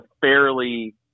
fairly